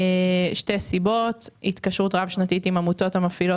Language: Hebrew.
שתי סיבות: התקשרות רב שנתית עם עמותות המפעילות